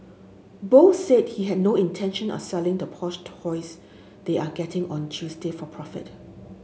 both said he had no intention of selling the push toys they are getting on Thursday for profit